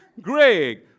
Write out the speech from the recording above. Greg